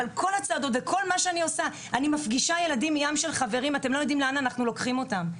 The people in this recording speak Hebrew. אני מפגישה ילדים מ"ים של חברים" ואנחנו מעצימים אותם.